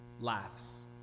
laughs